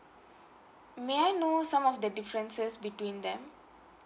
may I know some of the differences between them